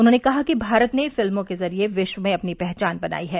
उन्होंने कहा कि भारत ने फिल्मों के जरिए विश्व में अपनी पहचान बनाई है